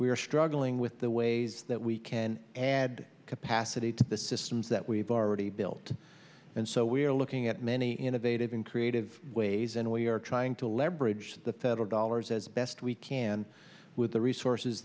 are struggling with the ways that we can add capacity to the systems that we've already built and so we're looking at many innovative and creative ways and we are trying to leverage the federal dollars as best we can with the resources